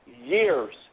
years